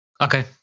okay